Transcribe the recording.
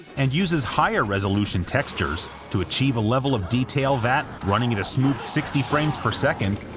and uses higher-resolution textures to achieve a level of detail that, running at a smooth sixty frames per second,